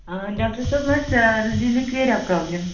doctor صٲب مےٚ ٲسۍ لہِ لِکیریا پرابلم